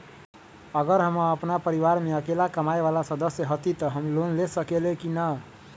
अगर हम अपन परिवार में अकेला कमाये वाला सदस्य हती त हम लोन ले सकेली की न?